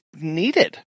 needed